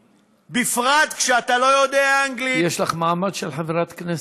היושב-ראש, חברי חברי הכנסת,